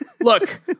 Look